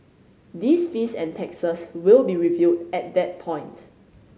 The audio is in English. these fees and taxes will be reviewed at that point